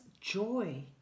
joy